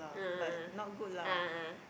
a'ah a'ah a'ah